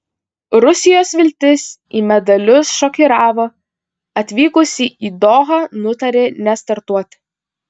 rusijos viltis į medalius šokiravo atvykusi į dohą nutarė nestartuoti